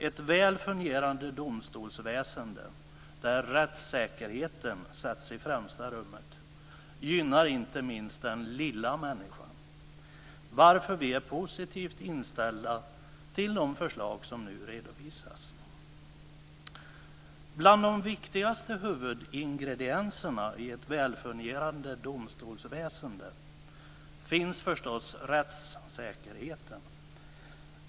Ett väl fungerande domstolsväsende, där rättssäkerheten sätts i främsta rummet, gynnar inte minst den lilla människan, varför vi är positivt inställda till de förslag som nu redovisas. Bland de viktigaste huvudingredienserna i ett välfungerande domstolsväsende finns förstås rättssäkerheten.